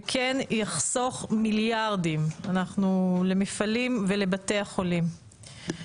וכן יחסוך מיליארדים למפעלים ולבתי החולים.